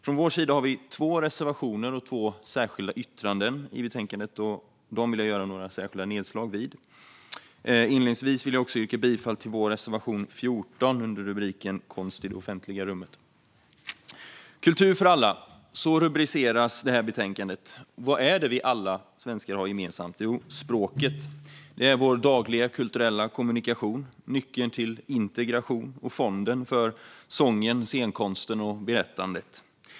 Från vår sida har vi två reservationer och två särskilda yttranden i betänkandet, och dem vill jag göra några särskilda nedslag i. Inledningsvis vill jag också yrka bifall till vår reservation 14 under rubriken Konst i det offentliga rummet. Kultur för alla - så rubriceras det här betänkandet. Vad är det vi alla svenskar har gemensamt? Jo, språket. Det är vår dagliga kulturella kommunikation, nyckeln till integration och fonden för sången, scenkonsten och berättandet.